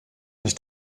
nicht